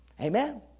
Amen